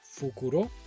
Fukuro